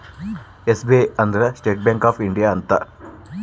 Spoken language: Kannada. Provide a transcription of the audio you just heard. ಎಸ್.ಬಿ.ಐ ಅಂದ್ರ ಸ್ಟೇಟ್ ಬ್ಯಾಂಕ್ ಆಫ್ ಇಂಡಿಯಾ ಅಂತ